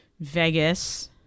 Vegas